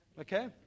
okay